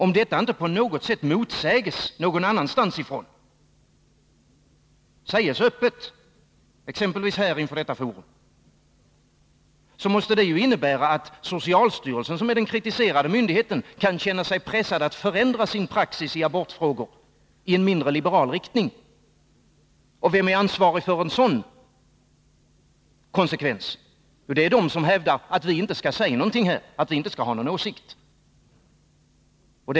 Om detta inte på något sätt öppet motsägs någon annanstans, exempelvis här inför detta forum, måste det innebära att socialstyrelsen, som är den kritiserade myndigheten, kan känna sig pressad att förändra sin praxis i abortfrågor i mindre liberal riktning. Vilka är ansvariga för en sådan konsekvens? Jo, de som hävdar att vi inte skall säga någonting här, att vi inte skall ha någon åsikt.